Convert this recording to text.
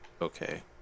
okay